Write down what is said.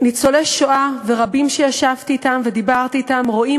ניצולי שואה ורבים שישבתי ודיברתי אתם רואים